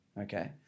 Okay